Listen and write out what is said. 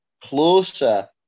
closer